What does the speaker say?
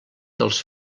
dels